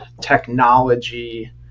technology